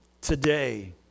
today